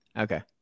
Okay